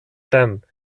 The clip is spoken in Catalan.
tant